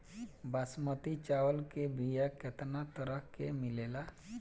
बासमती चावल के बीया केतना तरह के मिलेला?